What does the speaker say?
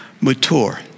mature